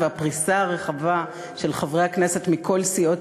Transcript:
הפריסה הרחבה של חברי הכנסת מכל סיעות